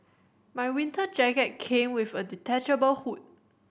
my winter jacket came with a detachable hood